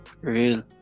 Real